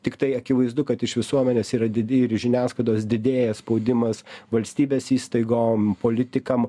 tiktai akivaizdu kad iš visuomenės yra didi ir žiniasklaidos didėja spaudimas valstybės įstaigom politikam